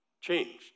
changed